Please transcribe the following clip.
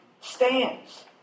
stands